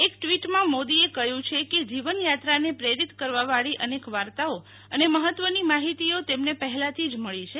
એક ટીવીટમાં મોદીએ કહ્યું છે કે જીવનયાત્રાને પ્રેરીત કરવાવાળી અનેક વાર્તાઓ અને મહત્વની માહિતીઓ તેમને પહેલાથી જ મળી છે